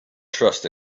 trust